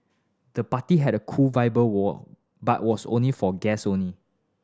the party had a cool vibe wall but was only for guest only